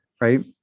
right